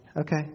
okay